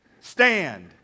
stand